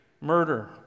murder